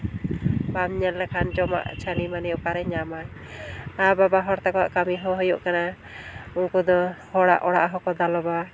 ᱵᱟᱢ ᱧᱮᱞ ᱞᱮᱠᱷᱟᱱ ᱡᱚᱢᱟᱜ ᱪᱷᱟᱹᱱᱤᱼᱢᱟᱹᱱᱤ ᱚᱠᱟᱨᱮᱭ ᱧᱟᱢᱟᱭ ᱟᱨ ᱵᱟᱵᱟ ᱦᱚᱲ ᱛᱟᱠᱚᱣᱟᱜ ᱠᱟᱹᱢᱤ ᱦᱚᱸ ᱦᱩᱭᱩᱜ ᱠᱟᱱᱟ ᱩᱱᱠᱩ ᱫᱚ ᱦᱚᱲᱟᱜ ᱚᱲᱟᱜ ᱦᱚᱸᱠᱚ ᱫᱟᱞᱚᱵᱟ